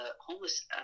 homeless